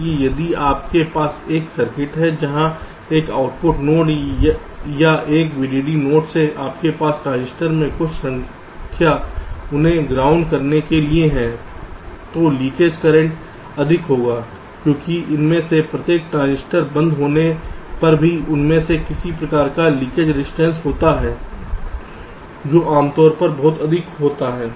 इसलिए यदि आपके पास एक सर्किट है जहां एक आउटपुट नोड या एक VDD नोड से आपके पास ट्रांजिस्टर की कुछ संख्या उन्हें ग्राउंड करने के लिए है तो लीकेज करंट अधिक होगा क्योंकि इनमें से प्रत्येक ट्रांजिस्टर बंद होने पर भी उनमें किसी प्रकार का लीकेज रजिस्टेंस होता है जो आमतौर पर बहुत अधिक होता है